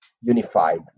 unified